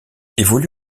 évolue